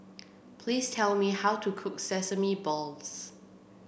please tell me how to cook Sesame Balls